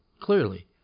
clearly